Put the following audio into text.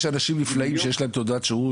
יש אנשים נפלאים שיש להם תודעת שירות,